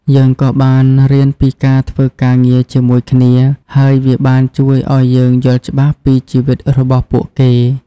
យើងក៏បានរៀនពីការធ្វើការងារជាមួយគ្នា ហើយវាបានជួយឱ្យយើងយល់ច្បាស់ពីជីវិតរបស់ពួកគេ។